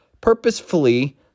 Purposefully